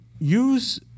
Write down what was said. use